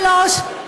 שלוש.